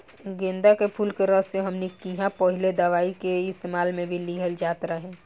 गेन्दा के फुल के रस से हमनी किहां पहिले दवाई के इस्तेमाल मे भी लिहल जात रहे